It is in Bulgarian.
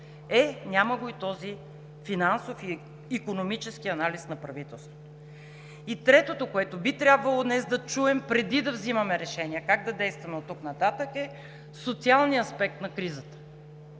Е, няма го и този финансов и икономически анализ на правителството! И третото, което би трябвало днес да чуем преди да взимаме решения как да действаме оттук нататък, е социалният аспект на кризата